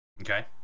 Okay